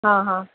ہاں ہاں